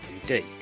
indeed